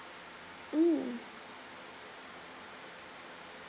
mm